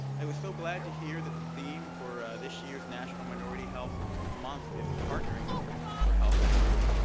i was so glad to hear that the theme for this year's national minority health month is partnering for health equity.